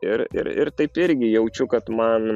ir ir taip irgi jaučiu kad man